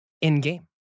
in-game